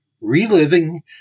Reliving